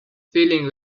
feeling